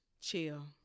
Chill